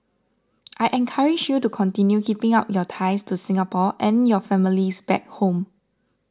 I encourage you to continue keeping up your ties to Singapore and your families back home